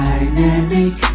Dynamic